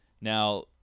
now